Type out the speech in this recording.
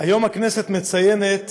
היום הכנסת מציינת